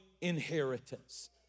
inheritance